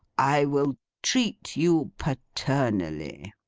i will treat you paternally.